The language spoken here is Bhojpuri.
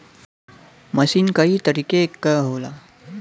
मसीन कई तरीके क होला